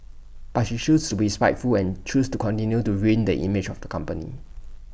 but she shoes to be spiteful and chose to continue to ruin the image of the company